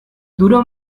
duró